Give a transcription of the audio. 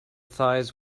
thighs